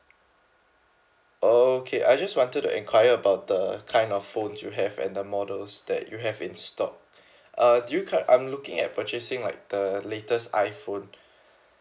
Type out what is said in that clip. okay I just wanted to enquire about the kind of phones you have and the models that you have in stock err do you cur~ I'm looking at purchasing like the latest iphone